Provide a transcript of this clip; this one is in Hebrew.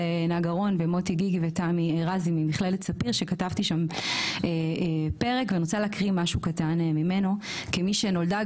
כתבתי שם פרק ואני רוצה להקריא משהו קטן ממנו כמישהי שנולדה,